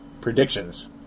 predictions